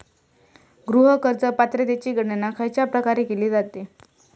गृह कर्ज पात्रतेची गणना खयच्या प्रकारे केली जाते?